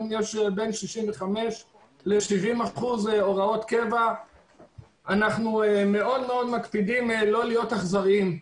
הוא עומד על 65% 70%. אנחנו מאוד מקפידים לא להיות אכזריים,